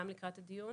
גם לקראת הדיון.